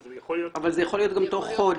אבל זה יכול להיות גם תוך חודש.